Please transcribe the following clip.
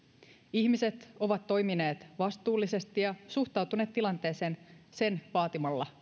ihmiset ovat toimineet vastuullisesti ja suhtautuneet tilanteeseen sen vaatimalla